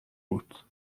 بود